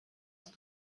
ist